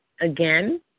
Again